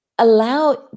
Allow